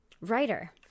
writer